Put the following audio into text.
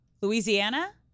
Louisiana